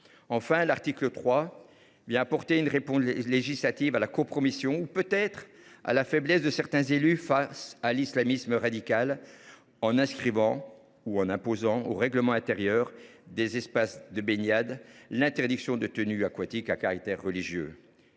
Enfin, l’article 3 apporte une réponse législative à la compromission, ou peut être seulement à la faiblesse de certains élus face à l’islamisme radical, en imposant l’inscription, dans les règlements intérieurs des espaces de baignade, de l’interdiction de tenues aquatiques à caractère religieux.